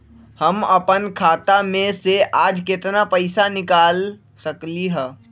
हम अपन खाता में से आज केतना पैसा निकाल सकलि ह?